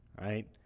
right